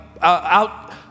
out